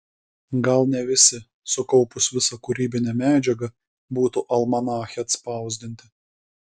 gal ne visi sukaupus visą kūrybinę medžiagą būtų almanache atspausdinti